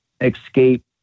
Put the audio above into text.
escape